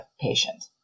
patient